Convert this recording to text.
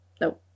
no